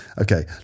Okay